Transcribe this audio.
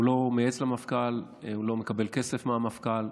הוא לא מייעץ למפכ"ל, הוא לא מקבל כסף מהמפכ"ל.